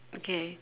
okay